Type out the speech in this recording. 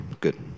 good